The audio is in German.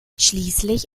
schließlich